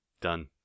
done